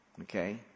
Okay